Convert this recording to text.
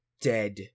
dead